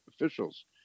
officials